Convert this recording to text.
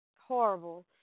Horrible